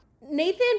Nathan